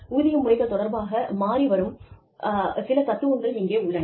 ஊதிய முறைகள் தொடர்பாக மாறி வரும் சில தத்துவங்கள் இங்கே உள்ளன